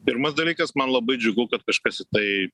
pirmas dalykas man labai džiugu kad kažkas į tai